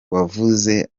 wavuze